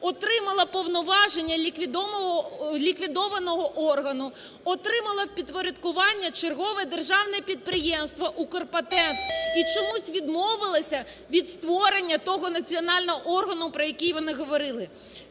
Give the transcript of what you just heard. отримало повноваження ліквідованого органу, отримало в підпорядкування чергове державне підприємство - "Укрпатент" – і чомусь відмовилося від створення того національного органу, про який вони говорили.